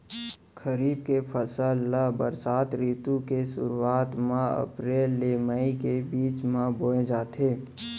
खरीफ के फसल ला बरसा रितु के सुरुवात मा अप्रेल ले मई के बीच मा बोए जाथे